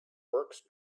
works